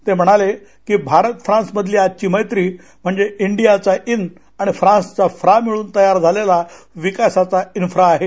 ते म्हणाले की भारत फ्रान्स मधली आजची मैत्री म्हणजे इंडियाचा इन आणि फ्रान्स चा फ्रा मिळून तयार झालेला विकासाचा इन्फ्रा आहे